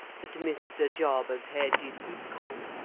that mr. jarber's head is equal,